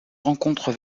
rencontre